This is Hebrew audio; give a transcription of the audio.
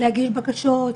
להגיש בקשות,